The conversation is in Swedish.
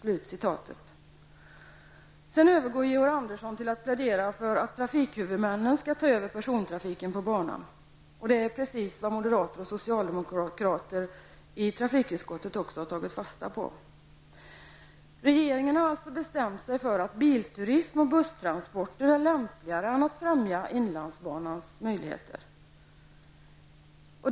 Därefter övergår Georg Andersson till att plädera för att trafikhuvudmännen skall ta över persontrafiken på banan. Det är precis vad moderater och socialdemokrater i trafikutskottet också har tagit fasta på. Regeringen har alltså bestämt sig för att bilturism och busstransporter är lämpligare än att främja inlandsbanans möjligheter.